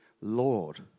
Lord